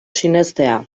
sinestea